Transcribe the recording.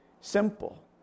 simple